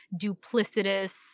duplicitous